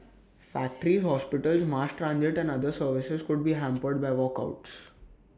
factories hospitals mass transit and other services could be hampered by walkouts